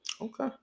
Okay